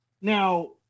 Now